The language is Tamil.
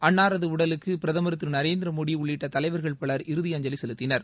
அன்னாரது உடலுக்கு பிரதமர் திரு நரேந்திரமோடி உள்ளிட்ட தலைவர்கள் பலர் இறுதி அஞ்சலி செலுத்தினர்